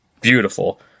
beautiful